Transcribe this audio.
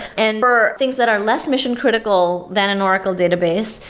and for things that are less mission-critical than an oracle database.